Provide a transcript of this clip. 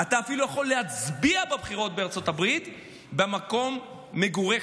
אתה אפילו יכול להצביע בבחירות בארצות הברית ממקום מגוריך.